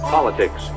Politics